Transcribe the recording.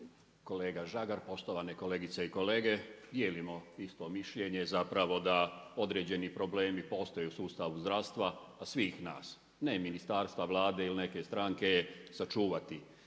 kolega Žagar, poštovane kolegice i kolege, dijelimo isto mišljenje zapravo, da određeni problemi postoje u sustavu zdravstva svih nas. Ne ministarstva Vlade ili neke stranke, sačuvati